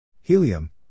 Helium